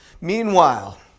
Meanwhile